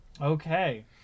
okay